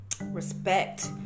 respect